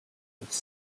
хуудас